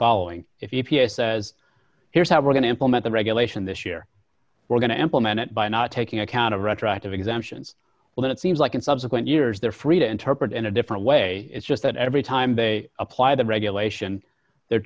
following if he says here's how we're going to implement the regulation this year we're going to implement it by not taking account of retroactive exemptions but it seems like in subsequent years they're free to interpret in a different way it's just that every time they apply the regulation they're